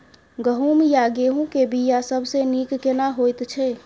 गहूम या गेहूं के बिया सबसे नीक केना होयत छै?